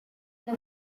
the